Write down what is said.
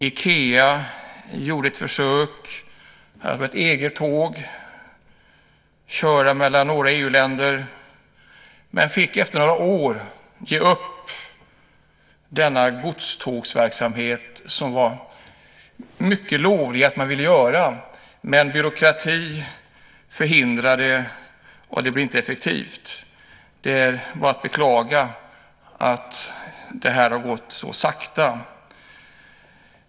Ikea gjorde ett försök med ett eget tåg mellan några EU-länder, men man fick efter några år ge upp denna godstågstrafik. Den var mycket lovvärd, men byråkrati förhindrade att den blev effektiv. Det är bara att beklaga att detta har gått så sakta.